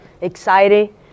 Exciting